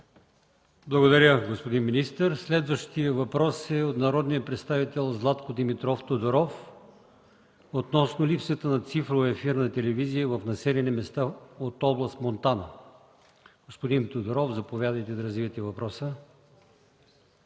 Благодаря, господин министър. Следващият въпрос е от народния представител Златко Димитров Тодоров относно липсата на цифрова ефирна телевизия в населени места от област Монтана. Господин Тодоров, заповядайте да развиете въпроса.